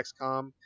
XCOM